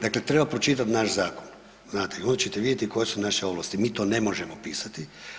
Dakle, treba pročitat naš zakon, znate i onda ćete vidjeti koje su naše ovlasti, mi to ne možemo pisati.